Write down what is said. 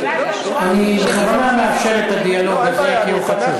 אני בכוונה מאפשר את הדיאלוג הזה, כי הוא חשוב.